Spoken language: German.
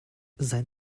sein